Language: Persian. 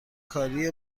کاری